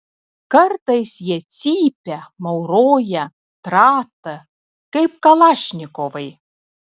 kartais jie cypia mauroja trata kaip kalašnikovai